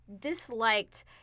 disliked